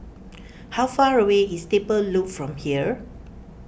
how far away is Stable Loop from here